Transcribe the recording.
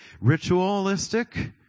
ritualistic